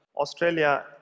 Australia